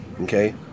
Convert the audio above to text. Okay